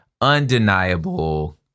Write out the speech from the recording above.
undeniable